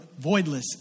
voidless